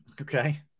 Okay